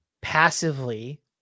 passively